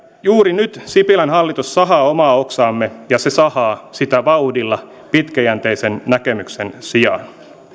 juuri nyt sipilän hallitus sahaa omaa oksaamme ja se sahaa sitä vauhdilla pitkäjänteisen näkemyksen sijaan